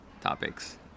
topics